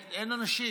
אין אנשים.